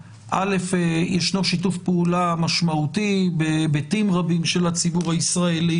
יש שיתוף פעולה משמעותי בהיבטים רבים של הציבור הישראלי.